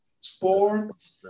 Sports